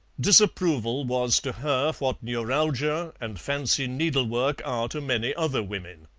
disapproval was to her what neuralgia and fancy needlework are to many other women.